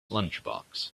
lunchbox